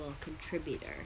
contributor